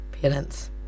parents